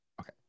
Okay